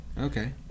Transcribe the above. okay